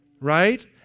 right